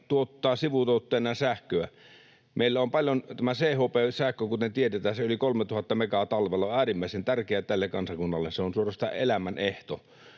tuottaa sivutuotteena sähköä. Meillä on paljon tätä CHP-sähköä, kuten tiedetään. Se yli 3 000 megaa on talvella äärimmäisen tärkeä tälle kansakunnalle. Se on suorastaan elämänehto.